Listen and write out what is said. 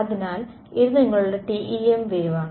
അതിനാൽ ഇത് നിങ്ങളുടെ TEM വേവാണ്